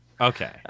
okay